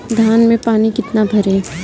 धान में पानी कितना भरें?